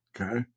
Okay